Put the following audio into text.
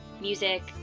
music